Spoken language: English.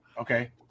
okay